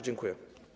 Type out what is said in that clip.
Dziękuję.